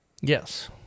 Yes